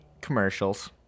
commercials